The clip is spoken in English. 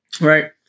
right